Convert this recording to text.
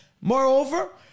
Moreover